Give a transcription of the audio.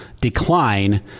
decline